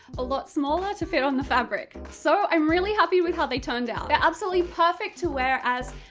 a lot smaller to fit on the fabric. so, i'm really happy with how they turned out! they're absolutely perfect to wear as,